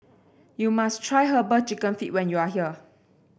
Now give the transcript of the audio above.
you must try herbal chicken feet when you are here